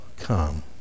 come